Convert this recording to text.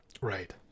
Right